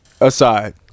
aside